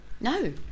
no